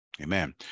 Amen